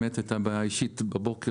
באמת הייתה בעיה אישית בבוקר.